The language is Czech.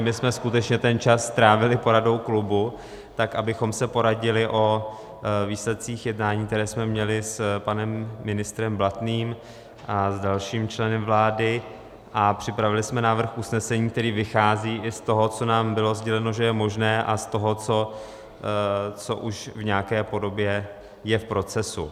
My jsme skutečně ten čas strávili poradou klubu, tak abychom se poradili o výsledcích jednání, které jsme měli s panem ministrem Blatným a s dalším členem vlády, a připravili jsme návrh usnesení, který vychází i z toho, co nám bylo sděleno, že je možné, a z toho, co už v nějaké podobě je v procesu.